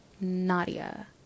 Nadia